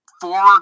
four